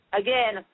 again